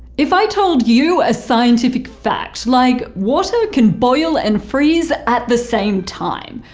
if i told you a scientific fact, like, water can boil and freeze at the same time.